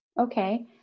Okay